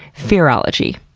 fearology.